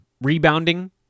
rebounding